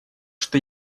что